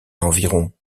environ